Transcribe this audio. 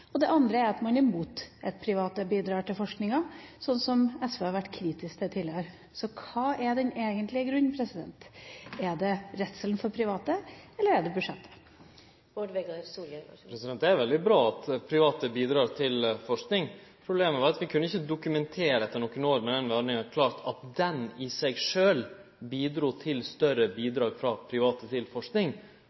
det. Den andre er at man er imot at private bidrar til forskninga, som SV har vært kritisk til tidligere. Så hva er den egentlige grunnen? Er det redselen for private, eller er det budsjettet? Det er veldig bra at private bidreg til forsking. Problemet var at vi kunne ikkje dokumentere klart etter nokre år med den ordninga at ho i seg sjølv bidrog til større bidrag frå private til